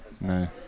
No